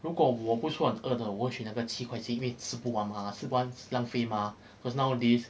如果我不算饿的我会选那个七块七因为吃不完嘛浪费吗 because nowadays